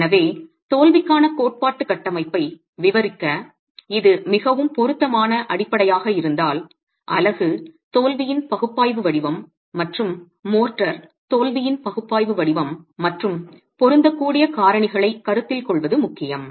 எனவே தோல்விக்கான கோட்பாட்டு கட்டமைப்பை விவரிக்க இது மிகவும் பொருத்தமான அடிப்படையாக இருந்தால் அலகு தோல்வியின் பகுப்பாய்வு வடிவம் மற்றும் மோர்டர் தோல்வியின் பகுப்பாய்வு வடிவம் மற்றும் பொருந்தக்கூடிய காரணிகளைக் கருத்தில் கொள்வது முக்கியம்